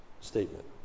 statement